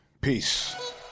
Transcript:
Peace